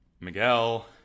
Miguel